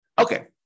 Okay